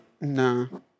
No